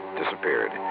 disappeared